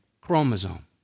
chromosome